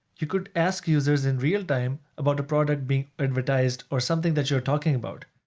you could ask users in real time about a product being advertised or something that you're talking about.